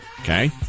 Okay